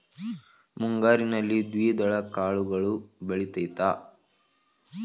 ಮುಂಗಾರಿನಲ್ಲಿ ದ್ವಿದಳ ಕಾಳುಗಳು ಬೆಳೆತೈತಾ?